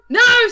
no